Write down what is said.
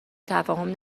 تفاهم